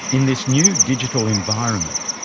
in this new digital environment,